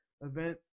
event